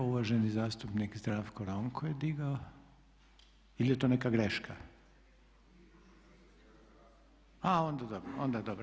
Uvaženi zastupnik Zdravko Ronko je digao ili je to neka greška? … [[Upadica sa strane, ne čuje se.]] A onda dobro.